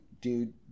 dude